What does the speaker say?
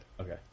Okay